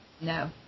No